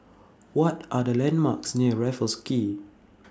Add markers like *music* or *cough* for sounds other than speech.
What Are The landmarks *noise* near Raffles Quay